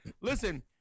listen